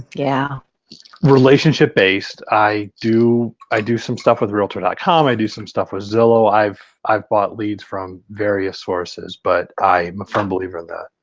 yeah relationship based, i do i do some stuff with realtor com, i do some stuff with zillow, i've i've bought leads from various sources but i'm a firm believer in that,